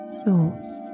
souls